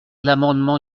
l’amendement